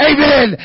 Amen